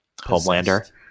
Homelander